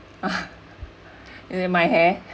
you mean my hair